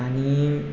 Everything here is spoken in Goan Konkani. आनी